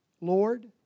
Lord